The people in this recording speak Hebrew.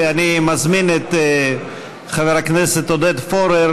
ואני מזמין את חבר הכנסת עודד פורר.